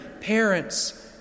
parents